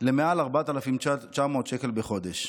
למעל 4,900 שקלים בחודש.